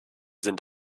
sind